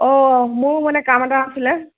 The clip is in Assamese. অ মোৰ মানে কাম এটা আছিলে